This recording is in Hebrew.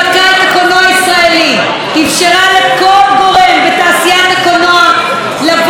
אפשרה לכל גורם בתעשיית הקולנוע לבוא ולהציג את עמדתו.